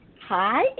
Hi